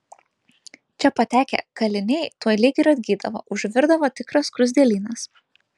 čia patekę kaliniai tuoj lyg ir atgydavo užvirdavo tikras skruzdėlynas